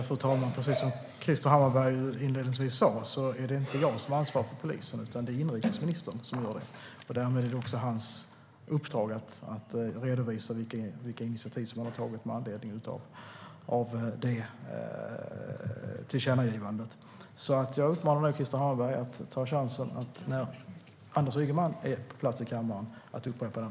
Fru talman! Precis som Krister Hammarbergh inledningsvis sa är det inte jag som ansvarar för polisen, utan det är inrikesministern som gör det. Därmed är det också hans uppdrag att redovisa vilka initiativ som han har tagit med anledning av detta tillkännagivande. Jag uppmanar därför Krister Hammarbergh att ta chansen att upprepa frågan när Anders Ygeman är på plats i kammaren.